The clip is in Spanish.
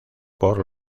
por